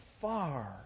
far